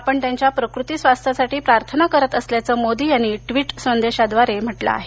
आपण त्यांच्या प्रतीस्वास्थासाठी प्रार्थना करत असल्याचं मोदी यांनी ट्विट संदेशाद्वारे सांगितलं आहे